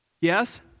Yes